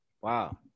Wow